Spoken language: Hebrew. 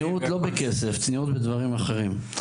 לא, צניעות לא בכסף, צניעות בדברים אחרים.